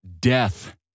death